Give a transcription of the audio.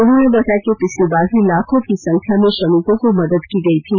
उन्होंने बताया कि पिछली बार भी लाखों की संख्या में श्रमिकों को मदद की गई थी